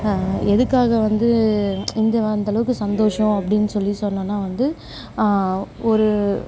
எதுக்காக வந்து இந்த அந்தளவுக்கு சந்தோஷம் அப்படீன்னு சொல்லி சொன்னேனால் வந்து